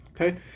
Okay